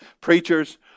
Preachers